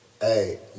Hey